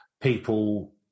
People